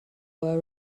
were